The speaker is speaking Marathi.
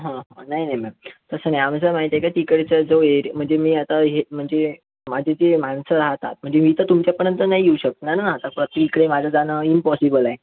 नाही नाही मॅम तसं नाही आमचं माहिती का तिकडचा जो एरि म्हणजे मी आता हे म्हणजे माझी जी माणसं राहतात म्हणजे मी तर तुमच्यापर्यंत नाही येऊ शकणार ना तर प्रतिकडे माझं जाणं इम्पॉसिबल आहे